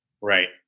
Right